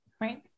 right